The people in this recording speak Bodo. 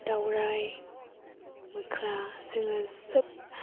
दावराय मोख्रा जोङो सोब